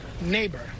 Neighbor